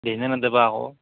দিয়েনে নিদিয়েবা আকৌ